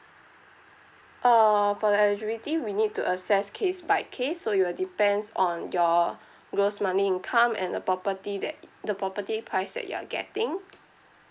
uh for the eligibility we need to assess case by case so it will depends on your gross monthly income and the property that the property price that you're getting